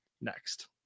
next